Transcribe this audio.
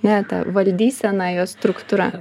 ne ta valdysena jos struktūra